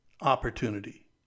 opportunity